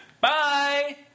Bye